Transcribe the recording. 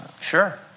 Sure